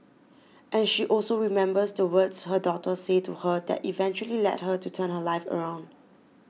and she also remembers the words her daughter say to her that eventually led her to turn her life around